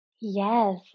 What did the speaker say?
yes